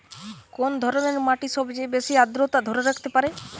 কোন ধরনের মাটি সবচেয়ে বেশি আর্দ্রতা ধরে রাখতে পারে?